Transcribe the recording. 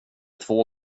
två